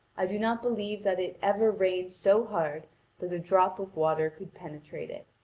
i do not believe that it ever rained so hard that a drop of water could penetrate it,